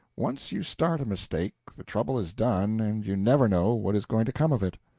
once you start a mistake, the trouble is done and you never know what is going to come of it.